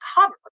cover